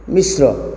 Mishra